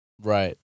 Right